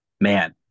man